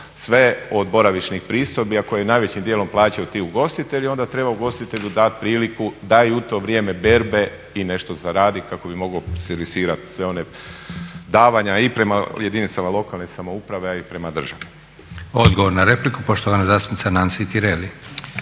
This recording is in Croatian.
sve od boravišnih pristojbi, a koje najvećim dijelom plaćaju ti ugostitelji onda treba ugostitelju dati priliku da i u to vrijeme berbe i nešto zaradi kako bi mogao servisirati sva ona davanja i prema jedinicama lokalne samouprave a i prema državi. **Leko, Josip (SDP)** Hvala lijepo. Odgovor na repliku poštovana zastupnica Nansi Tireli.